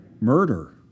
Murder